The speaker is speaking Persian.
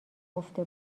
گفته